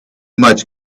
much